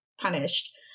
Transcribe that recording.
punished